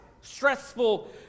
stressful